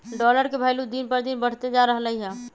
dollar के भइलु दिन पर दिन बढ़इते जा रहलई ह